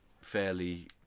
fairly